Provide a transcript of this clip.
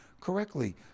correctly